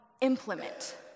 implement